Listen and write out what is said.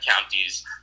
counties